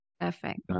Perfect